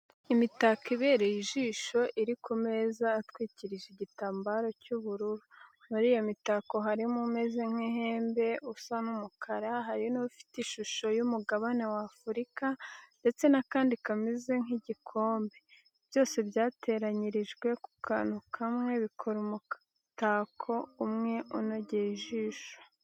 Imitako ibereye ijisho iri ku meza atwikirijwe igitambaro cy'ubururu, muri iyo mitako harimo umeze nk'ihembe usa n'umukara, hari n'ufite ishusho y'umugabane w'Afurika ndetse n'akandi kameze nk'igikombe, byose byateranyirijwe ku kantu kamwe, bikora umutako umwe unogeye ijisho.